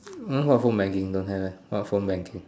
what phone banking don't have eh what phone banking